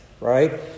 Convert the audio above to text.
right